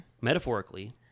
metaphorically